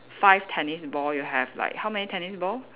five tennis ball you have like how many tennis ball